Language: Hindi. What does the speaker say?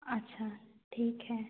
अच्छा ठीक है